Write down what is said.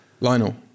lionel